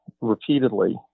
repeatedly